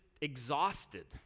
exhausted